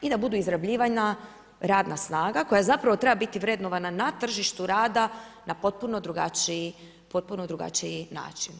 I da budu izrabljivana radna snaga, koja zapravo treba biti vrednovana na tržištu rada na potpuno drugačiji način.